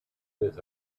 with